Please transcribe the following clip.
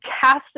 cast